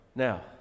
Now